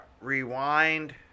Rewind